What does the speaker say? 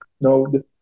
No